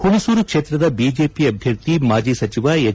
ಹುಣಸೂರು ಕ್ಷೇತ್ರದ ಬಿಜೆಪಿ ಅಭ್ವರ್ಥಿ ಮಾಜಿ ಸಚಿವ ಎಚ್